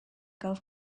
golf